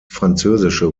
französische